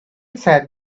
sat